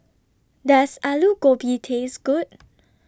Does Alu Gobi Taste Good